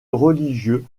religieux